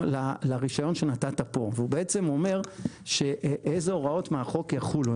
לרישיון שנתת פה והוא אומר איזה הוראות מהחוק יחולו.